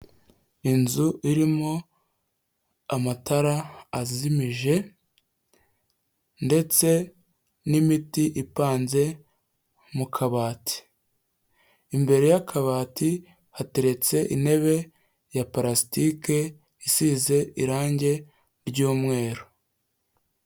Inzu irimo amatara azimije ndetse n'imiti ipanze mu kabati. Imbere y'akabati, hateretse intebe ya parasitike isize irange ry'umweru.